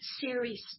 series